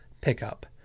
pickup